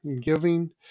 giving